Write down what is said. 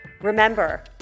Remember